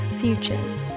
Futures